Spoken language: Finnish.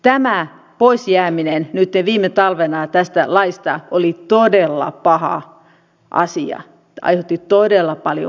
tämä poisjääminen nytten viime talvena tästä laista oli todella paha asia aiheutti todella paljon vaikeuksia